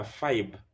five